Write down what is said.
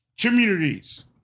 communities